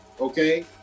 Okay